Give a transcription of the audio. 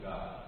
God